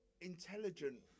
intelligent